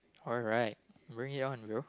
alright bring it on bro